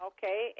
Okay